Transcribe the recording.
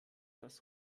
das